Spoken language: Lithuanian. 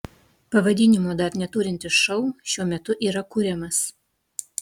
pavadinimo dar neturintis šou šiuo metu yra kuriamas